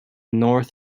north